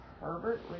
Herbert